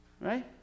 Right